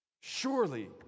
Surely